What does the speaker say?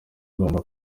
ugomba